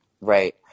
right